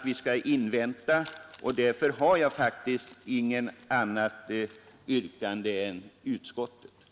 Vi bör vänta. Därför har jag faktiskt inget annat yrkande än om bifall till utskottets hemställan.